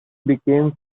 became